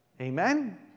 Amen